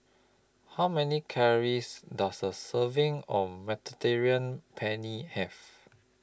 How Many Calories Does A Serving of Mediterranean Penne Have